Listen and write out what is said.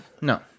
No